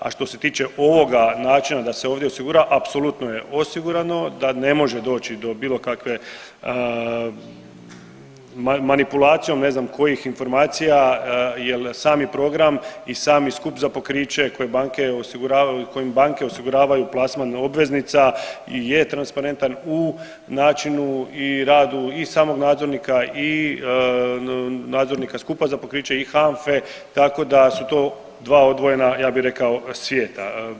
A što se tiče ovoga načina da se ovdje osigura apsolutno je osigurano da ne može doći do bilo kakve manipulacijom ne znam kojih informacija jel sami program i sami skup za pokriće kojim banke osiguravaju plasman obveznica je transparentan u načinu i radu i samog nadzornika i nadzornika skupa za pokriće i HANFA-e, tako da su to dva odvojena ja bi rekao svijeta.